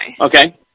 Okay